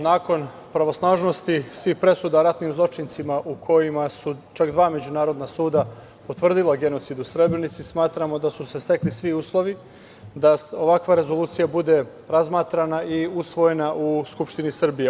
Nakon pravosnažnosti svih presuda ratnim zločincima u kojima su čak dva međunarodna suda potvrdila genocid u Srebrenici, smatramo da su se stekli svi uslovi da ovakva rezolucija bude razmatrana i usvojena u Skupštini Srbije.